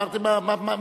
אמרתם: מה פירוש?